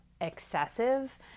excessive